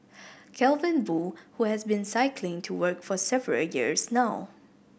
Calvin Boo who has been cycling to work for several years now